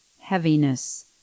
heaviness